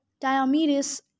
Diomedes